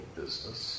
business